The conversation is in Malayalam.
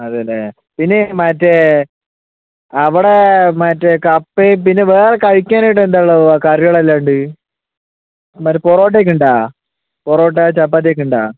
അതെയല്ലേ പിന്നെ മറ്റെ അവിടെ മറ്റെ കപ്പയും പിന്നെ വേറെ കഴിക്കാനായിട്ടെന്താ ഉളളത് കറികളല്ലാണ്ട് മറ്റെ പൊറോട്ടയൊക്കെയുണ്ടോ പൊറോട്ട ചപ്പാത്തിയൊക്കെ ഉണ്ടോ